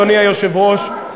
אדוני היושב-ראש,